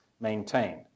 maintained